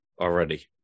already